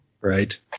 Right